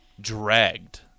dragged